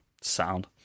sound